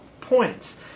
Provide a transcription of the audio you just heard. points